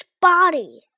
body